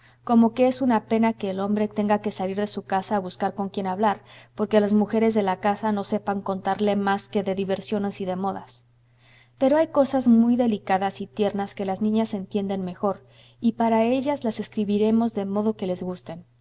como que es una pena que el hombre tenga que salir de su casa a buscar con quien hablar porque las mujeres de la casa no sepan contarle más que de diversiones y de modas pero hay cosas muy delicadas y tiernas que las niñas entienden mejor y para ellas las escribiremos de modo que les gusten